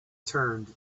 turned